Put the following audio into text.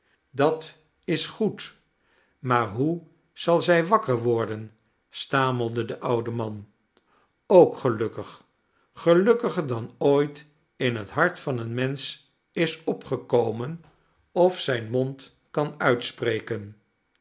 dat is goed maar hoe zal zij wakker worden stamelde de oude man ook gelukkig gelukkiger dan ooit in het hart van een mensch is opgekomen of zijn mond kan uitspreken